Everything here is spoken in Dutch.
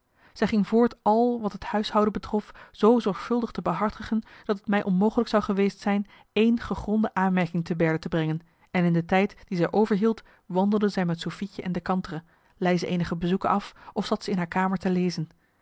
zij ging voort al wat het huishouden betrof zoo zorgvuldig te behartigen dat het mij onmogelijk zou geweest zijn ééne gegronde aanmerking te berde te brengen en in de tijd die zij overhield wandelde zij met sofietje en de kantere lei ze eenige bezoeken af marcellus emants een nagelaten bekentenis of zat ze in haar kamer te lezen